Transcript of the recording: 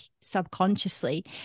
subconsciously